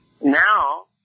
Now